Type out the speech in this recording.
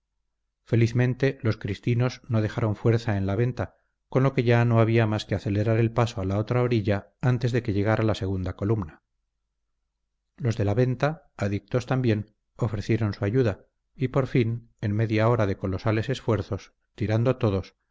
felizmente los cristinos no dejaron fuerza en la venta con lo que ya no había más que acelerar el paso a la otra orilla antes de que llegara la segunda columna los de la venta adictos también ofrecieron su ayuda y por fin en media hora de colosales esfuerzos tirando todos